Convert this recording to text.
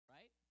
Right